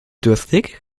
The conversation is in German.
durstig